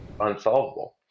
unsolvable